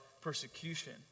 Persecution